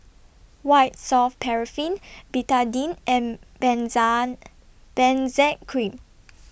White Soft Paraffin Betadine and Benzac Cream